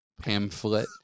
Pamphlet